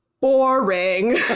boring